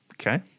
okay